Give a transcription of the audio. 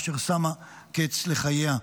אשר שמה קץ לחייה.